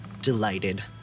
delighted